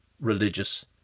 religious